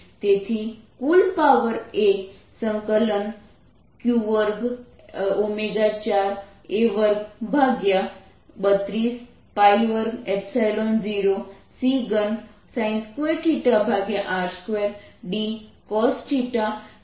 તેથી કુલ પાવર એ q2 4 A232 2 0 c3 r2 dcosθdϕ r2 જેટલો હશે